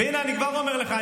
הינה, אני כבר אומר לך.